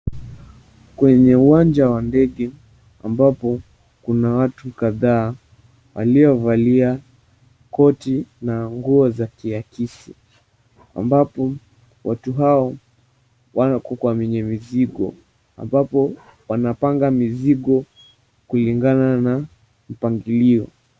Kwenye uwanja wa ndege ambapo kuna watu kadhaa, waliovalia koti na nguo za kiakisi. Ambapo watu hao wako kwenye mizigo, ambapo wanapanga mizigo kulingana na mpangilio.